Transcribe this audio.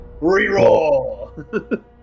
Reroll